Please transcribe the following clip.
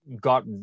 got